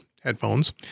headphones